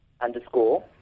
underscore